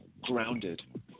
grounded